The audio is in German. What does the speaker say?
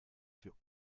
für